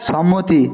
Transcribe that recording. সম্মতি